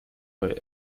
why